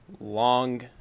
long